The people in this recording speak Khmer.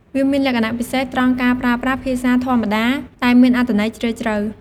វាមានលក្ខណៈពិសេសត្រង់ការប្រើប្រាស់ភាសាធម្មតា តែមានអត្ថន័យជ្រាលជ្រៅ។